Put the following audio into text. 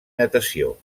natació